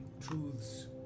Truths